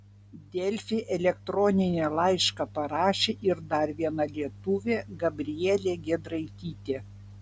delfi elektroninį laišką parašė ir dar viena lietuvė gabrielė giedraitytė